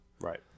right